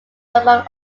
among